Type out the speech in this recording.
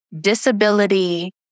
disability